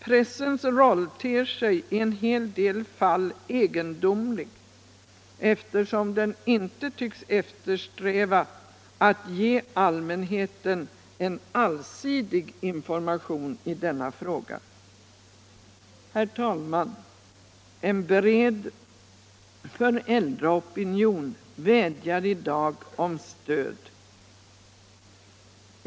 Pressens roll ter sig i en hel del fall egendomlig eftersom den inte tycks eftersträva att ge allmänheten en allsidig information i denna fråga. Herr talman! En bred väljaropinion vädjar i dag om stöd.